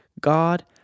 God